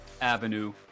Avenue